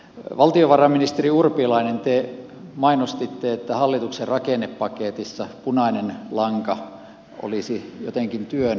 valtiovarainministeri urpilainen te mainostitte että hallituksen rakennepaketissa punainen lanka olisi jotenkin työn lisääminen